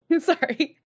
Sorry